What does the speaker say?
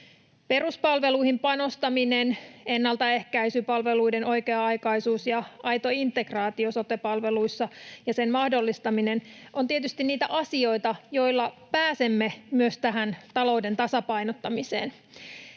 Peruspalveluihin panostaminen, ennaltaehkäisypalveluiden oikea-aikaisuus ja aito integraatio sote-palveluissa ja sen mahdollistaminen ovat tietysti niitä asioita, joilla pääsemme myös tähän talouden tasapainottamiseen.